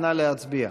נא להצביע.